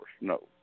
No